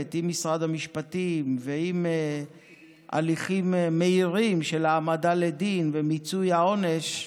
עם משרד המשפטים ועם הליכים מהירים של העמדה לדין ומיצוי העונש,